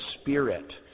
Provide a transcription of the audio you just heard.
spirit